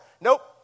Nope